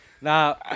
Now